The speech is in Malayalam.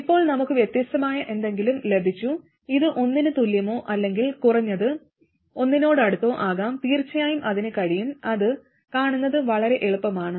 ഇപ്പോൾ നമുക്ക് വ്യത്യസ്തമായ എന്തെങ്കിലും ലഭിച്ചു ഇത് ഒന്നിന് തുല്യമോ അല്ലെങ്കിൽ കുറഞ്ഞത് ഒന്നിനോടടുത്തോ ആകാം തീർച്ചയായും അതിന് കഴിയും അത് കാണുന്നത് വളരെ എളുപ്പമാണ്